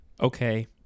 Okay